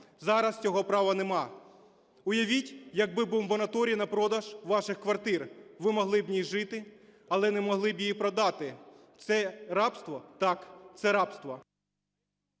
Зараз цього права нема. Уявіть, якби був мораторій на продаж ваших квартир: ви могли б в ній жити, але не могли б її продати. Це рабство? Так, це рабство.